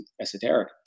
esoteric